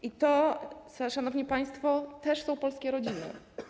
I to, szanowni państwo, też są polskie rodziny.